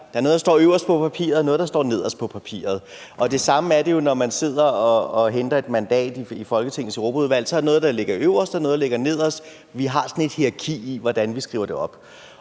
Der er noget, der står øverst på papiret, og der er noget, der står nederst på papiret. Og på samme måde er det jo, når man sidder og henter et mandat i Folketingets Europaudvalg; så er der noget, der ligger øverst, og noget, der ligger nederst. Vi har sådan et hierarki i, hvordan vi skriver det op.